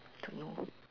don't know